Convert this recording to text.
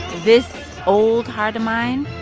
this old heart of mine.